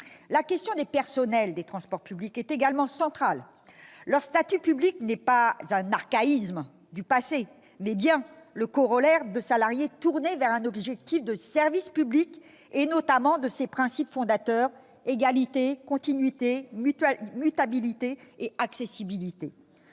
La question des personnels des transports publics est également centrale. Leur statut public n'est pas un archaïsme du passé, mais bien le corollaire de salariés tournés vers un objectif de service public, notamment de ces principes fondateurs : égalité, continuité, mutabilité et accessibilité.